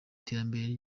iterambere